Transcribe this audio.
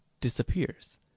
disappears